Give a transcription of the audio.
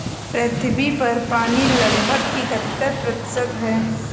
पृथ्वी पर पानी लगभग इकहत्तर प्रतिशत है